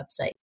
website